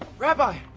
ah rabbi,